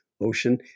ocean